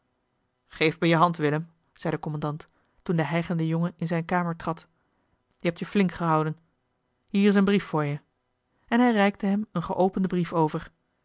geef me je hand willem zei de kommandant toen de hijgende jongen in zijne kamer trad je hebt je flink gehouden hier is een brief voor je en hij reikte hem een geopenden brief over